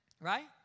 Right